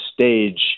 stage